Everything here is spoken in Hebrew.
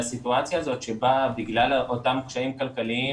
שבגלל הסיטואציות שבאה בגלל אותם קשיים כלכליים,